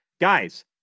Guys